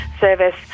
service